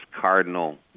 cardinal